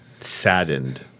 saddened